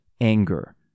anger